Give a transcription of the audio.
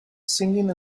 singing